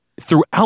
throughout